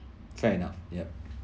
fair enough ya